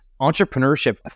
entrepreneurship